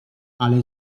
ale